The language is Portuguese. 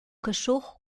cachorro